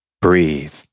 Breathe